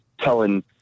telling